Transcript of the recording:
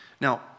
now